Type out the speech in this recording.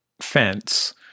fence